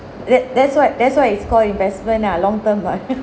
that that's why that's why it's called investment ah long term ah